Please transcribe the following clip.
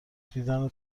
دیدن